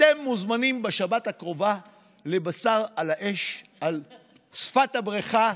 אתם מוזמנים לבשר על האש על שפת הבריכה,